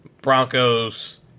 Broncos